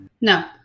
No